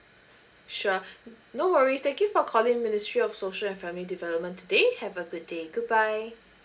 sure no worries thank you for calling ministry of social and family development today have a good day good bye